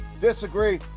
disagree